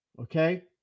Okay